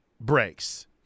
breaks